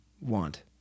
want